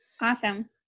Awesome